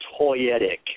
toyetic